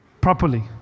properly